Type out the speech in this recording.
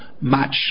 match